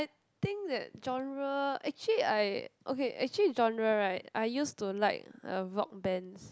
I think that genre actually I okay actually genre right I used to like uh rock bands